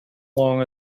long